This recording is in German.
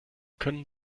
können